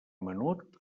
menut